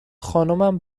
خانمم